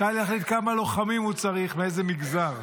צה"ל יחליט כמה לוחמים הוא צריך מאיזה מגזר.